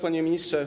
Panie Ministrze!